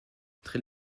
très